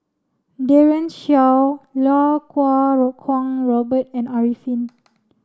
Daren Shiau Iau Kuo Kwong Robert and Arifin